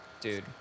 Dude